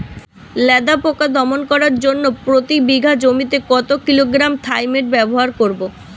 লেদা পোকা দমন করার জন্য প্রতি বিঘা জমিতে কত কিলোগ্রাম থাইমেট ব্যবহার করব?